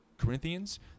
corinthians